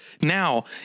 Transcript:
now